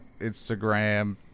Instagram